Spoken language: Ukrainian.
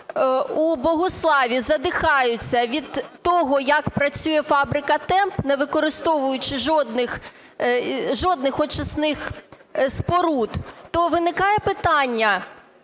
у Богуславі задихаються від того, як працює фабрика "Темп", не використовуючи жодних очисних споруд, то виникає питання: